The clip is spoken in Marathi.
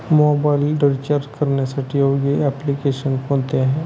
मोबाईल रिचार्ज करण्यासाठी योग्य एप्लिकेशन कोणते आहे?